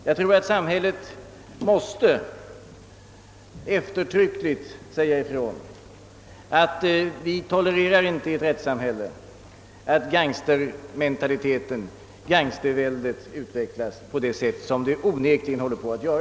Jag tror att samhället eftertryckligt måste säga ifrån att vi i ett rättssamhälle inte tolererar att gangstermentalitet och ett gangstervälde utvecklas på det sätt som nu onekligen håller på att ske.